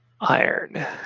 iron